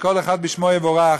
וכל אחד בשמו יבורך.